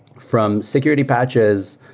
from security patches,